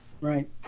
Right